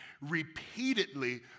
repeatedly